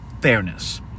fairness